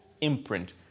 imprint